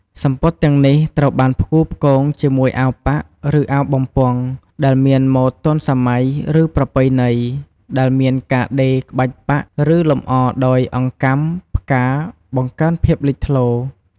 សំពត់ទាំងនេះត្រូវបានផ្គូផ្គងជាមួយអាវប៉ាក់ ឬអាវបំពង់ ដែលមានម៉ូដទាន់សម័យ ឬប្រពៃណី ដោយមានការដេរក្បាច់ប៉ាក់ ឬលម្អដោយអង្កាំ ផ្កា បង្កើនភាពលេចធ្លោ។